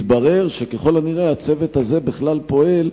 מתברר שככל הנראה הצוות הזה בכלל פועל,